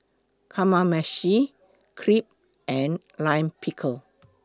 Kamameshi Crepe and Lime Pickle